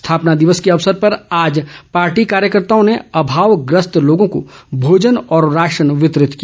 स्थापना दिवस के अवसर पर आज पार्टी कार्यकर्ताओं ने अभाव ग्रस्त लोगों को भोजन और राशन वितरित किया